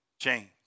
change